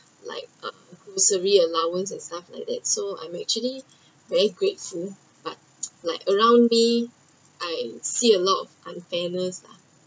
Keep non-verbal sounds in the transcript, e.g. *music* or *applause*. like uh grocery allowance and stuff like that so I’m actually very grateful but *noise* like around me I see a lot of unfairness lah